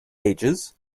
ages